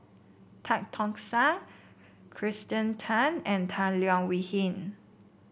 Tan Tock San Kirsten Tan and Tan Leo Wee Hin